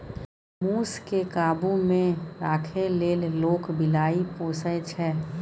मुस केँ काबु मे राखै लेल लोक बिलाइ पोसय छै